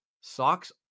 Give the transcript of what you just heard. socks